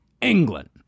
England